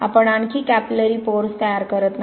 आपण आणखी capillary pores तयार करत नाही